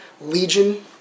Legion